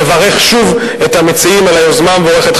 ולברך שוב את המציעים על היוזמה המבורכת,